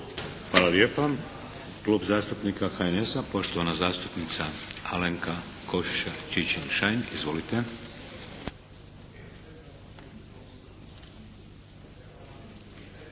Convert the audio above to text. Hvala lijepa. Klub zastupnika HNS-a, poštovana zastupnica Alenka Košiša Čičin-Šain. Izvolite.